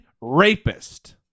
rapist